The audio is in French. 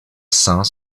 saints